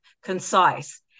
concise